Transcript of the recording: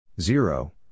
zero